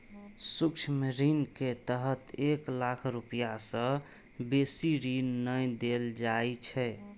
सूक्ष्म ऋण के तहत एक लाख रुपैया सं बेसी ऋण नै देल जाइ छै